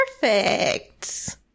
Perfect